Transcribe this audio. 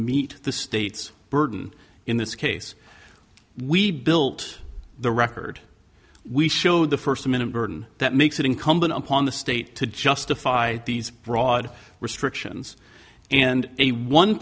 meet the state's burden in this case we built the record we showed the first minute burden that makes it incumbent upon the state to justify these broad restrictions and a one